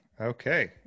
Okay